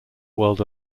world